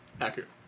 Accurate